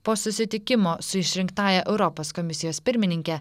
po susitikimo su išrinktąja europos komisijos pirmininke